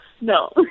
no